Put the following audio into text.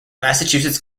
massachusetts